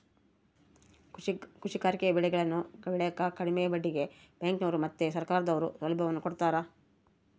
ಕೃಷಿಕರಿಗೆ ಬೆಳೆಗಳನ್ನು ಬೆಳೆಕ ಕಡಿಮೆ ಬಡ್ಡಿಗೆ ಬ್ಯಾಂಕಿನವರು ಮತ್ತೆ ಸರ್ಕಾರದವರು ಸೌಲಭ್ಯವನ್ನು ಕೊಡ್ತಾರ